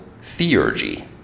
theurgy